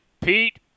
Pete